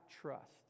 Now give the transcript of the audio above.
trust